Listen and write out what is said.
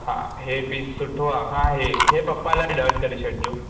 हा इहो पीस सुठो आहे हा इहो इहो पपा लाइ डन करे छॾिजो